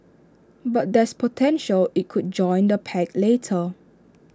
but there's potential IT could join the pact later